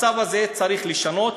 ואת המצב הזה צריך לשנות.